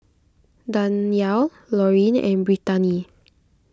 Danyell Laureen and Brittani